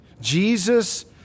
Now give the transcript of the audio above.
Jesus